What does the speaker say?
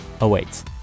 awaits